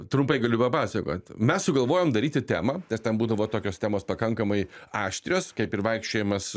trumpai galiu papasakot mes sugalvojom daryti temą nes ten būdavo tokios temos pakankamai aštrios kaip ir vaikščiojimas